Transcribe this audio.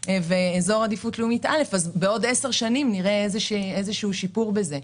ואזור עדיפות לאומית א' אז בעוד עשר שנים נראה שיפור בזה.